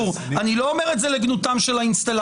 אני לא אומר את זה לגנותם של האינסטלטורים.